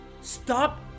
stop